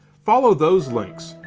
follow those links.